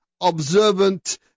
observant